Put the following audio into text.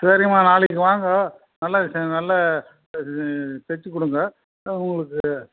சரிம்மா நாளைக்கு வாங்க நல்ல நல்ல தச்சி கொடுங்க உங்களுக்கு